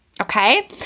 okay